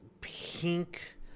pink